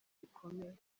rikomeye